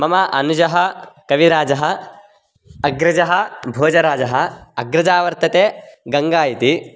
मम अनुजः कविराजः अग्रजः भोजराजः अग्रजा वर्तते गङ्गा इति